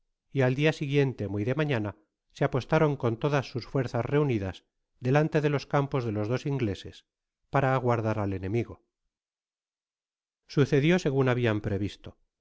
y al dia siguiente muy de mañana se apostaron con todas sus fuerzas reunidas delante de los campos de los dos ingleses para aguardar al enemigo sucedió segun habian previsto los